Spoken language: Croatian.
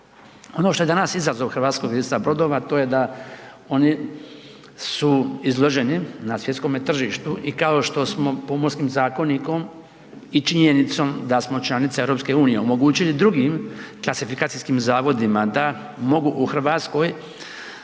Ono što je danas izazov HRB-a to je da oni su izloženi na svjetskome tržištu i kao što smo Pomorskim zakonikom i činjenicom da smo članica EU omogućili drugim klasifikacijskim zavodima da mogu u Hrvatskoj